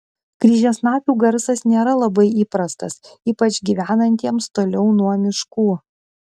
kryžiasnapių garsas nėra labai įprastas ypač gyvenantiems toliau nuo miškų